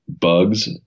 bugs